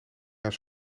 naar